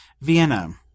vienna